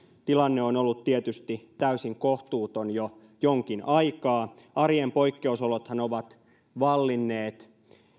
tilanne on ollut tietysti täysin kohtuuton jo jonkin aikaa arjen poikkeusolothan ovat vallinneet